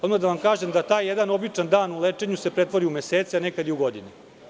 Odmah da vam kažem da se taj jedan običan dan u lečenju pretvori u mesece, a nekada i u godine.